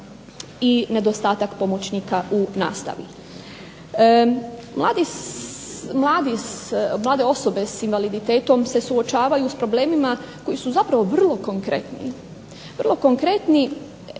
i nedostatak pomoćnika u nastavi. Mlade osobe s invaliditetom se suočavaju s problemima koji su zapravo vrlo konkretni,